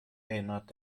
erinnert